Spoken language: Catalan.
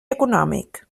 econòmic